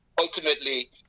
Ultimately